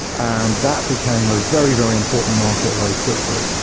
and that became a very, very important market very quickly.